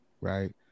right